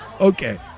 Okay